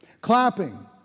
Clapping